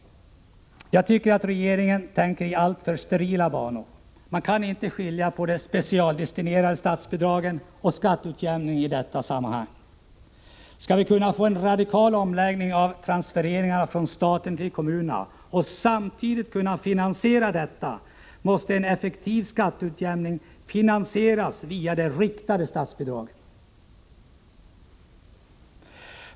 Jag tycker att regeringen tänker i alltför stelbenta banor. Man kan inte skilja på de specialdestinerade statsbidragen och skatteutjämningen i detta sammanhang. Skall vi kunna få en radikal omläggning av transfereringarna från staten till kommunerna och samtidigt kunna finansiera detta, måste en effektiv skatteutjämning finansieras via de riktade statsbidragen.